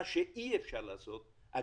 מה שאי אפשר לעשות בישובים חלשים יותר.